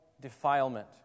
defilement